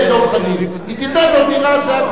צודק דב חנין, היא תיתן לו דירה, זה הכול.